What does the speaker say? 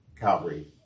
Calvary